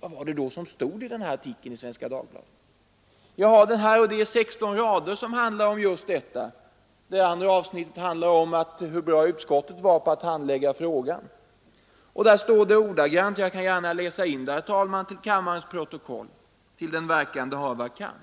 Vad var det då som stod i den här artiklen? Jag har den här, och det är 16 rader i artikeln som handlar om just detta; de andra avsnitten handlar om hur bra utskottet var på att handlägga frågan. Det står ordagrant — och jag läser in det i kammarens protokoll, herr talman, till den verkan det hava kan: